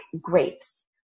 grapes